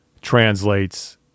translates